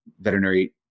veterinary